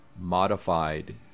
modified